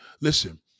listen